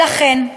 ולכן,